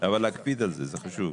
אבל להקפיד על זה, זה חשוב.